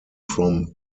from